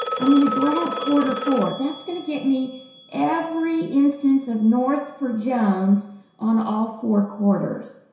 i'm going to grab quarter four. that's going to get me every instance of north for jones on all four quarters.